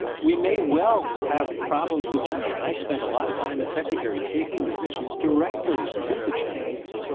we may well have problems with china. i spent a lot of time as secretary taking these issues directly to the chinese.